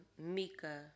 Mika